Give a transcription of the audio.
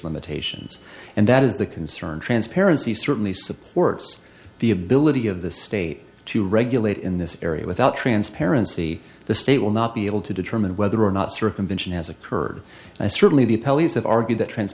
limitations and that is the concern transparency certainly supports the ability of the state to regulate in this area without transparency the state will not be able to determine whether or not circumvention has occurred and certainly the pelleas have argued that tr